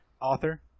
author